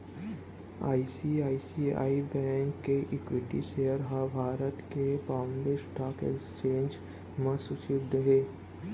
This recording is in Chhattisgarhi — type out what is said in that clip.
आई.सी.आई.सी.आई बेंक के इक्विटी सेयर ह भारत के बांबे स्टॉक एक्सचेंज म सूचीबद्ध हे